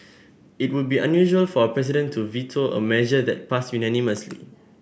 it would be unusual for a president to veto a measure that passed unanimously